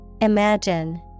Imagine